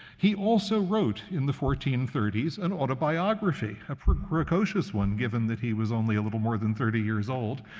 he also wrote in the fourteen thirty s an autobiography, a precocious one, given that he was only a little more than thirty years old.